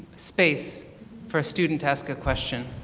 space for a student to ask a question.